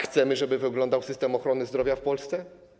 Chcemy, żeby tak wyglądał system ochrony zdrowia w Polsce?